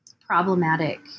problematic